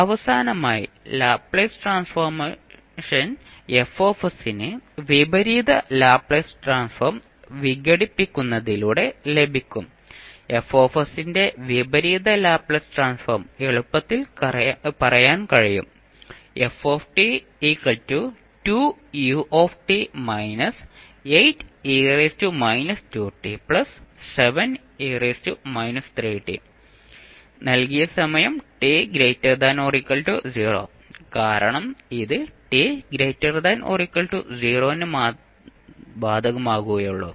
അവസാനമായി Laplace transformation F ന് വിപരീത ലാപ്ലേസ് ട്രാൻസ്ഫോം വിഘടിപ്പിക്കുന്നതിലൂടെ ലഭിക്കും F ന്റെ വിപരീത ലാപ്ലേസ് ട്രാൻസ്ഫോം എളുപ്പത്തിൽ പറയാൻ കഴിയും നൽകിയ സമയം t≥0 കാരണം ഇത് t≥0 ന് ബാധകമാകുകയുള്ളൂ